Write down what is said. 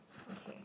okay